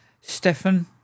Stefan